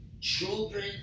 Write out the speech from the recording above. children